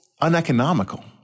uneconomical